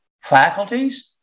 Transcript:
faculties